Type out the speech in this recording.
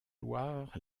loire